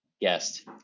guest